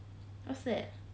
what's that